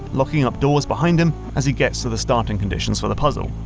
locking up doors behind him as he gets to the starting conditions for the puzzle.